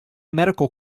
medical